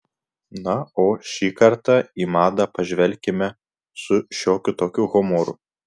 na o šį kartą į madą pažvelkime su šiokiu tokiu humoru